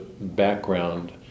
background